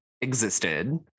existed